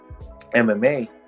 MMA